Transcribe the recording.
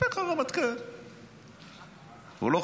אני אספר לך על הרמטכ"ל,